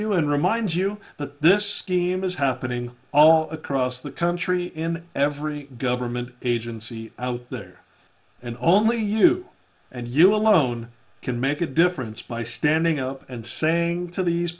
you and remind you that this team is happening all across the country in every government agency out there and only you and you alone can make a difference by standing up and saying to these